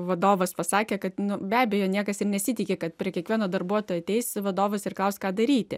vadovas pasakė kad be abejo niekas ir nesitiki kad prie kiekvieno darbuotojo ateis vadovas ir klaus ką daryti